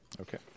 Okay